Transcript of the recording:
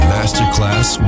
Masterclass